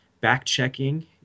back-checking